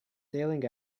sailing